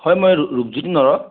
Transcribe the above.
হয় মই ৰূপজ্যোতি নৰহ